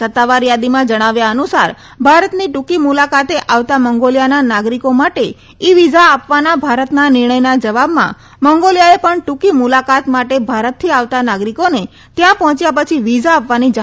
સત્તાવાર થાદીમાં જણાવ્યા અનુસાર ભારતની ટુકી મુલાકાતે આવતાં મંંગોલીયાના નાગરીકો માટે ઈ વીઝા આપવાના ભારતના નિર્ણથના જવાબમાં મંગોલીયાએ પણ ટુકી મુલાકાત માટે ભારતથી આવતાં નાગરીકોને ત્યાં પહોંચ્યા પછી વિઝા આપવાની જાહેરાત કરી હતી